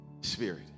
spirit